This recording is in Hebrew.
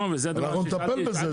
אנחנו נטפל בזה,